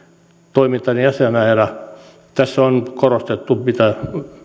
toimintaani asianajajana niin tässä on korostettu mitä positiivisia